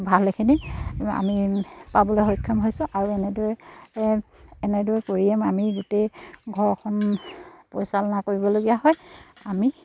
ভালেখিনি আমি পাবলৈ সক্ষম হৈছোঁ আৰু এনেদৰে এনেদৰে কৰিয়ে আমি গোটেই ঘৰখন পৰিচালনা কৰিবলগীয়া হয় আমি